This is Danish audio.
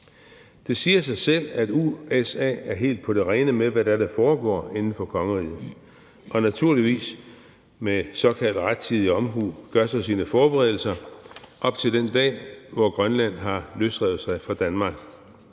Det siger sig selv, at USA er helt på det rene med, hvad det er, der foregår inden for kongeriget, og naturligvis med såkaldt rettidig omhu gør sig sine forberedelser op til den dag, hvor Grønland har løsrevet sig fra Danmark.